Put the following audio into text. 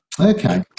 Okay